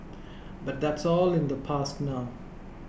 but that's all in the past now